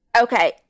okay